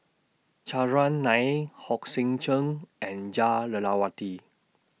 Chandran Nair Hong Sek Chern and Jah Lelawati